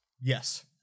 yes